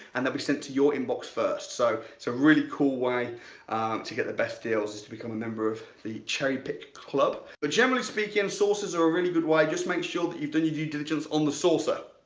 and they'll be sent to your inbox first. so a so really cool way to get the best deals is to become a member of the cherry picked club. but generally speaking, sources are a really good way. just make sure that you've done your due diligence on the sourcer.